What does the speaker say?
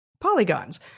polygons